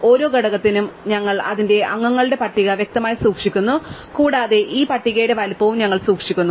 ഓരോ ഘടകത്തിനും ഞങ്ങൾ അതിൻറെ അംഗങ്ങളുടെ പട്ടിക വ്യക്തമായി സൂക്ഷിക്കുന്നു കൂടാതെ ഈ പട്ടികയുടെ വലുപ്പവും ഞങ്ങൾ സൂക്ഷിക്കുന്നു